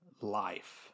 life